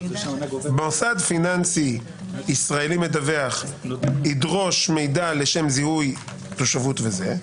במוסד פיננסי ישראלי מדווח ידרוש מידע לשם זיהוי תושבות וזה.